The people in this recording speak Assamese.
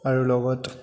আৰু লগত